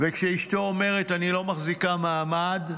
וכשאשתו אומרת: אני לא מחזיקה מעמד,